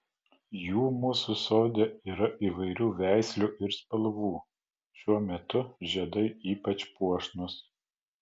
jų mūsų sode yra įvairių veislių ir spalvų šiuo metu žiedai ypač puošnūs